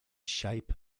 shape